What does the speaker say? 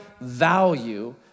value